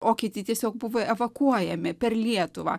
o kiti tiesiog buvo evakuojami per lietuvą